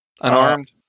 unarmed